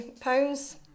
pounds